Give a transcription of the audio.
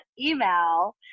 email